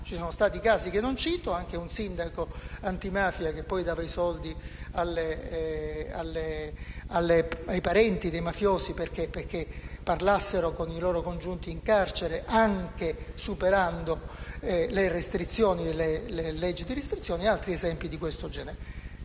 Ci sono stati casi che non cito. C'è stato anche un sindaco antimafia che dava i soldi ai parenti dei mafiosi perché parlassero con i loro congiunti in carcere, anche superando le normative di restrizione e altri esempi di questo genere.